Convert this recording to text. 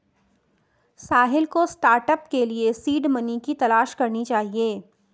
साहिल को स्टार्टअप के लिए सीड मनी की तलाश करनी चाहिए